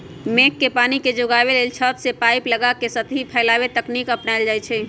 मेघ के पानी के जोगाबे लेल छत से पाइप लगा के सतही फैलाव तकनीकी अपनायल जाई छै